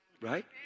right